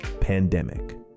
pandemic